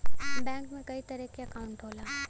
bank में कई तरे क अंकाउट होला